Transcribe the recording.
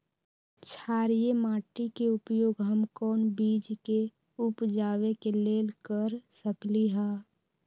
क्षारिये माटी के उपयोग हम कोन बीज के उपजाबे के लेल कर सकली ह?